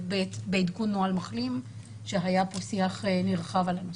בעדכון נוהל מחלים עת היה כאן שיח נרחב על הנושא.